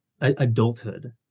adulthood